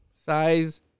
size